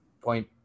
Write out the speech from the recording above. point